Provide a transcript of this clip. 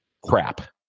crap